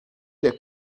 der